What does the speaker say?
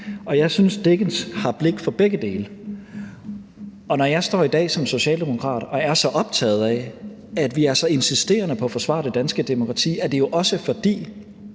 og jeg synes, Dickens har blik for begge dele. Når jeg i dag som socialdemokrat står og er så optaget af, at vi er så insisterende på at forsvare det danske demokrati, er det jo, også fordi